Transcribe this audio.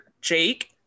Jake